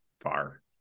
far